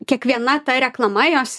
kiekviena ta reklama jos